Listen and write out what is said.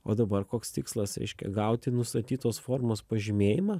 o dabar koks tikslas reiškia gauti nustatytos formos pažymėjimą